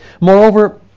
Moreover